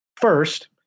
first